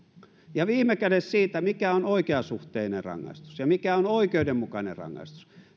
ja viime kädessä siitä mikä on oikeasuhtainen rangaistus ja mikä on oikeudenmukainen rangaistus